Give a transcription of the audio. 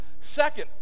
Second